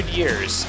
years